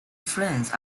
france